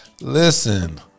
Listen